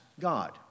God